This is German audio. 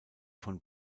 von